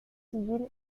civil